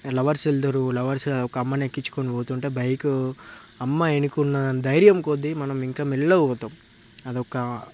lovers వెల్తురు lovers కాదు ఒక అమ్మని ఎక్కించుకొని పోతుంటే బైకు అమ్మ ఎనుకున్న ధైర్యం కొద్దీ మనం ఇంకా మెల్లగా పోతాం అదొక